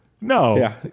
No